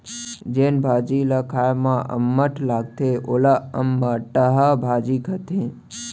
जेन भाजी ल खाए म अम्मठ लागथे वोला अमटहा भाजी कथें